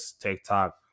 TikTok